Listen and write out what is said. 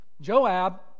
Joab